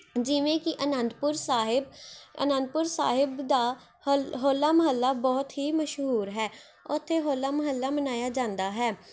ਜਿਵੇਂ ਕਿ ਅਨੰਦਪੁਰ ਸਾਹਿਬ ਅਨੰਦਪੁਰ ਸਾਹਿਬ ਦਾ ਹਲ ਹੋਲਾ ਮਹੱਲਾ ਬਹੁਤ ਹੀ ਮਸ਼ਹੂਰ ਹੈ ਉੱਥੇ ਹੋਲਾ ਮਹੱਲਾ ਮਨਾਇਆ ਜਾਂਦਾ ਹੈ